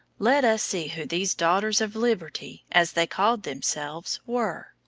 let us see who these daughters of liberty, as they called themselves, were.